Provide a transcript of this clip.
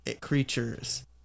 creatures